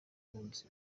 ubuhunzi